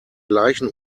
gleichen